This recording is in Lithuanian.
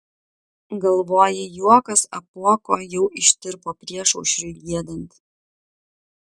galvoji juokas apuoko jau ištirpo priešaušriui giedant